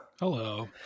Hello